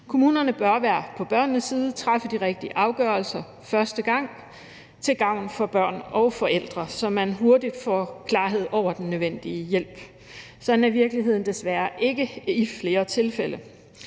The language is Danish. Kommunerne bør være på børnenes side og træffe de rigtige afgørelser første gang til gavn for børn og forældre, så man hurtigt får klarhed over den nødvendige hjælp. Sådan er virkeligheden i flere tilfælde